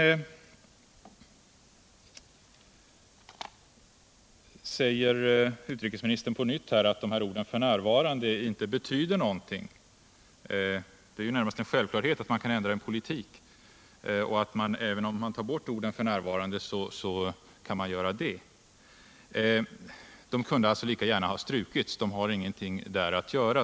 Sedan sade utrikesministern på nytt att orden ”för närvarande” inte betyder någonting; det skulle närmast vara en självklarhet att man kan ändra en politik och att man kan ta bort orden ”för närvarande” — orden kunde lika gärna ha strukits, eftersom de är överflödiga och inte har någonting i texten att göra.